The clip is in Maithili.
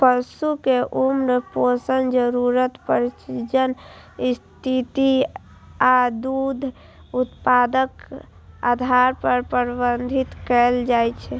पशु कें उम्र, पोषण जरूरत, प्रजनन स्थिति आ दूध उत्पादनक आधार पर प्रबंधित कैल जाइ छै